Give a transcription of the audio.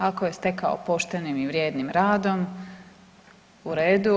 Ako je stekao poštenim i vrijednim radom, u redu.